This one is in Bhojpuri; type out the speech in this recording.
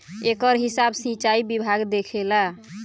एकर हिसाब सिचाई विभाग देखेला